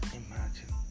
imagine